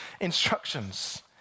instructions